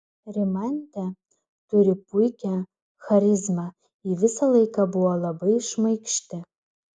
rimantė turi puikią charizmą ji visą laiką buvo labai šmaikšti